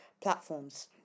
platforms